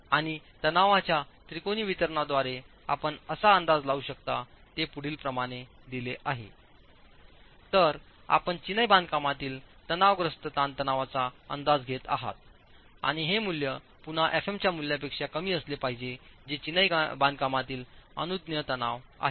आणि तणावाच्या त्रिकोणी वितरणाद्वारे आपण असा अंदाज लावू शकता ते पुढील प्रमाणे दिले आहे तर आपण चिनाई बांधकामातील तणावग्रस्त ताणतणावाचा अंदाज घेत आहात आणि हे मूल्य पुन्हाfm च्यामूल्यापेक्षा कमी असले पाहिजेजे चिनाई बांधकामातील अनुज्ञेय तणाव आहे